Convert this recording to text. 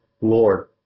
Lord